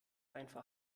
einfach